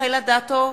רחל אדטו,